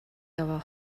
яваа